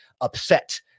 upset